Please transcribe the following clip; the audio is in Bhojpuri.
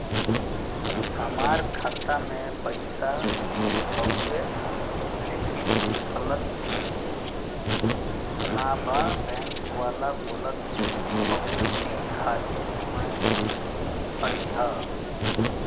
हमार खाता में पैसा हवुवे लेकिन निकलत ना बा बैंक वाला बोलत हऊवे की खाली समय में अईहा